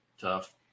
Tough